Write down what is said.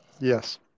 Yes